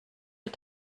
wir